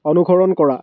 অনুসৰণ কৰা